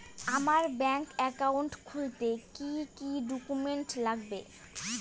আমার bank account খুলতে কি কি ডকুমেন্ট লাগবে?